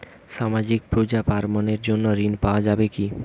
সামাজিক পূজা পার্বণ এর জন্য ঋণ পাওয়া যাবে কি?